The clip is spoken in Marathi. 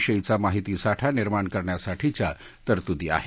विषयीचा माहितीसाठा निर्माण करण्यासाठीच्या तरतुदी आहेत